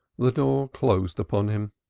the door closed upon him.